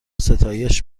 ستایش